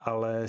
Ale